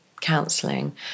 counselling